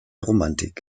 romantik